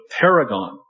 paragon